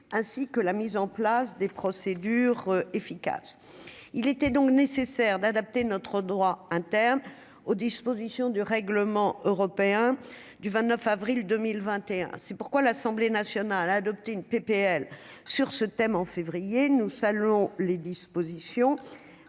ainsi que la mise en place des procédures efficaces, il était donc nécessaire d'adapter notre droit interne aux dispositions du règlement européen du 29 avril 2021, c'est pourquoi l'Assemblée nationale a adopté une PPL sur ce thème en février, nous saluons les dispositions